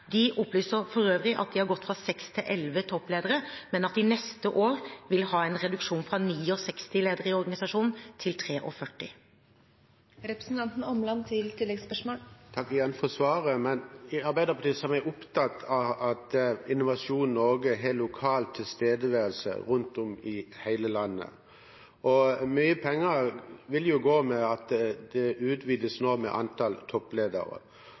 De opplyser for øvrig at de har gått fra seks til elleve toppledere, men at de neste år vil ha en reduksjon: fra 69 ledere i organisasjonen til 43. Takk igjen for svaret. I Arbeiderpartiet er vi opptatt av at Innovasjon Norge har lokal tilstedeværelse rundt om i hele landet, og mye penger vil gå med når det nå utvides med antall toppledere.